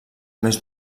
més